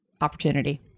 opportunity